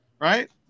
right